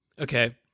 Okay